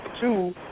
Two